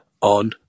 on